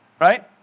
right